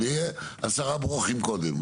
אבל יהיו עשרה ברוכים קודם.